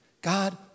God